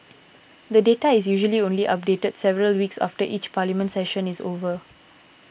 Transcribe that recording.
the data is usually only updated several weeks after each Parliament session is over